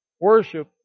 worship